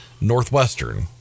Northwestern